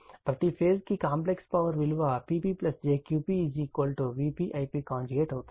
కాబట్టి ప్రతి ఫేజ్ కు కాంప్లెక్స్ పవర్ విలువ Pp jQp Vp Ip అవుతుంది